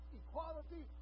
equality